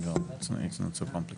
היום ה-25 ביולי 2023, ז' באב תשפ"ג.